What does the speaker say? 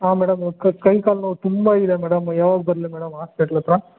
ಹಾಂ ಮೇಡಮ್ ಕ ಕೈ ಕಾಲು ನೋವು ತುಂಬ ಇದೆ ಮೇಡಮ್ ಯಾವಾಗ ಬರಲಿ ಮೇಡಮ್ ಹಾಸ್ಪೆಟ್ಲ್ ಹತ್ತಿರ